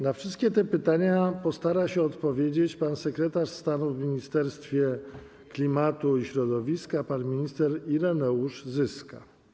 Na wszystkie te pytania postara się odpowiedzieć pan sekretarz stanu w Ministerstwie Klimatu i Środowiska pan minister Ireneusz Zyska.